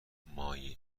مایلید